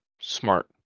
smart